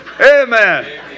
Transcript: Amen